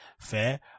fair